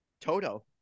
Toto